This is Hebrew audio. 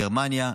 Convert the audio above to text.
גרמניה,